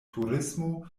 turismo